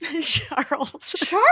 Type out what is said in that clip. Charles